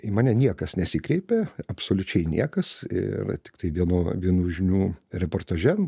į mane niekas nesikreipė absoliučiai niekas ir tiktai vieno vienų žinių reportaže